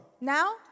Now